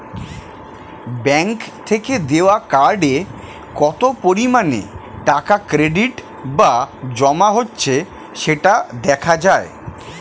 bank থেকে দেওয়া কার্ডে কত পরিমাণে টাকা ক্রেডিট বা জমা হচ্ছে সেটা দেখা যায়